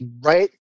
right